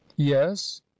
yes